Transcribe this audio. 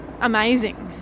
amazing